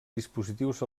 dispositius